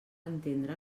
entendre